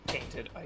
Painted